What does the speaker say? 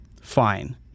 Fine